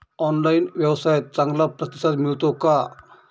Online व्यवसायात चांगला प्रतिसाद मिळतो का?